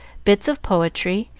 bits of poetry,